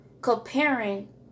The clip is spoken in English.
comparing